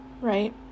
right